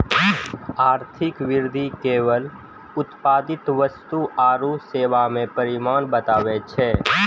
आर्थिक वृद्धि केवल उत्पादित वस्तु आरू सेवा के परिमाण बतबै छै